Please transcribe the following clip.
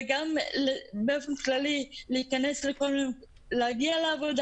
וגם באופן כללי להגיע לעבודה,